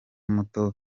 muto